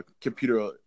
computer